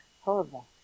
Horrible